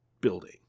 building